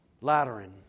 Lateran